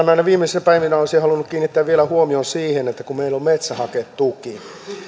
näinä viimeisinä päivinä olisin halunnut kiinnittää vielä huomion siihen että meillä on metsähaketuki